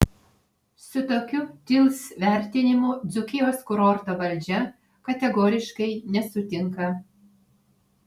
su tokiu tils vertinimu dzūkijos kurorto valdžia kategoriškai nesutinka